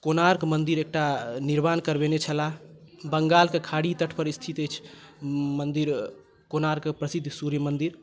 कोणार्क मंदिर एकटा निर्माण करबेने छलाह बंगाल के खाड़ी तट पर स्थित अछि मंदिर कोणार्क के प्रसिद्ध सूर्य मंदिर